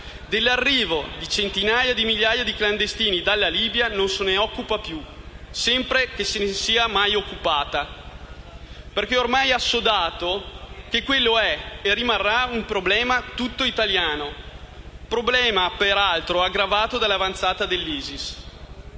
Dell'arrivo di centinaia di migliaia di clandestini dalla Libia non si occupa più, sempre che se ne sia mai occupata. Ormai è assodato che quello è e rimarrà un problema tutto italiano, aggravato dall'avanzata dell'ISIS.